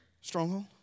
Stronghold